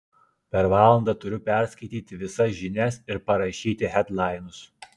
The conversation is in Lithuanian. per valandą turiu perskaityti visas žinias ir parašyti hedlainus